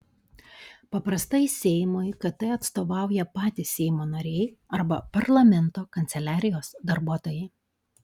paprastai seimui kt atstovauja patys seimo nariai arba parlamento kanceliarijos darbuotojai